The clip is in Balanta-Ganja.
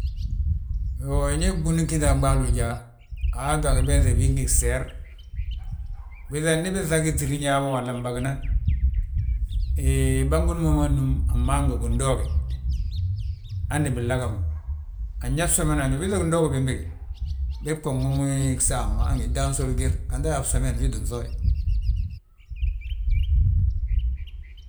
We ñe ɓuni ggít a ɓaalu ujaa, a waati we a gibenŧe bigi ngi gseer. Ubiiŧa, ndi biŧagi ŧiriñe habo wolla mbagan, he bângi núm ma núm a maangu gindooga. Hande binlaga ma, nyaa fsomen haj, ubiiŧa gindoogi bembe, bég bà nwomi gsaam ma han gi dan soli gir, gandi uyaa mo fsomen wii tti ŧooyi.